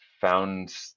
found